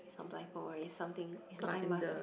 it's not blindfold right is something it's not eye mask right